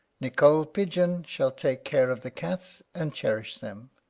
nicole pigeon shall take care of the cats, and cherish them.